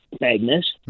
Magnus